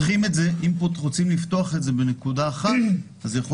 אם רוצים לפתוח את זה בנקודה אחת אז מאוד יכול